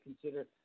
consider